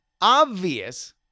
obvious